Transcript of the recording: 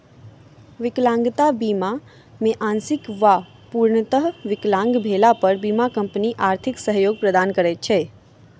विकलांगता बीमा मे आंशिक वा पूर्णतः विकलांग भेला पर बीमा कम्पनी आर्थिक सहयोग प्रदान करैत छै